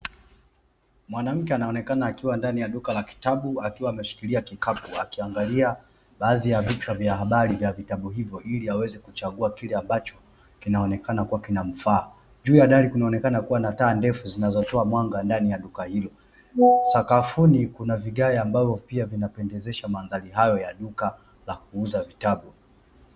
Mwanamke anaonekana akiwa ndani ya duka la kitabu akiwa ameshikilia kikapu akiangalia baadhi ya vichwa vya habari vya vitabu hivyo, ili aweze kuchagua kile ambacho kinaonekana kuwa kinamfaa, juu ya dari kunaonekana kuwa na taa ndefu zinazotoa mwanga ndani ya duka hilo sakafuni kuna vigaya ambavyo pia vinapendezesha maandali hayo ya duka la kuuza vitabu.